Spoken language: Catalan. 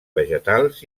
vegetals